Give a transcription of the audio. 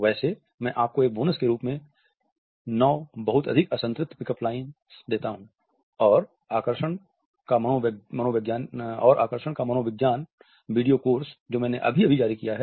वैसे मैं आपको एक बोनस के रूप में 9 बहुत अधिक असंतृप्त पिक अप लाइन्स देता हूं और आकर्षण का मनोविज्ञान वीडियो कोर्स जो मैंने अभी जारी किया है